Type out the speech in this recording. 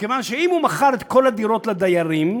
מכיוון שאם הוא מכר את כל הדירות לדיירים,